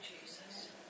Jesus